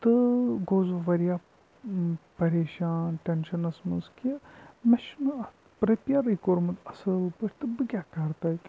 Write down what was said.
تہٕ گوس بہٕ واریاہ پریشان ٹٮ۪نشنس منٛز کہِ مےٚ چھُنہٕ اَتھ پرٛٮ۪پِیرٕے کوٛرمُت اصٕل پٲٹھۍ تہٕ بہٕ کیٛاہ کرٕ تَتہِ